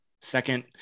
second